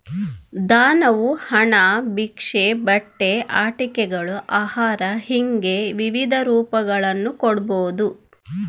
ದಾನವು ಹಣ ಭಿಕ್ಷೆ ಬಟ್ಟೆ ಆಟಿಕೆಗಳು ಆಹಾರ ಹಿಂಗೆ ವಿವಿಧ ರೂಪಗಳನ್ನು ಕೊಡ್ಬೋದು